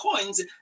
coins